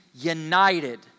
united